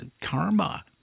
karma